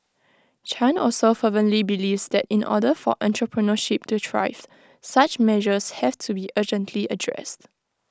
chan also fervently believes that in order for entrepreneurship to thrive such measures have to be urgently addressed